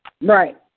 Right